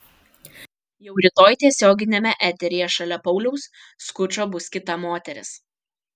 jau rytoj tiesioginiame eteryje šalia pauliaus skučo bus kita moteris